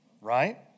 right